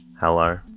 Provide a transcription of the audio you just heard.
Hello